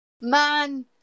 Man